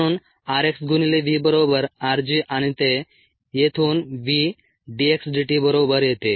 म्हणून r x गुणिले V बरोबर r g आणि ते येथून V d x dt बरोबर येते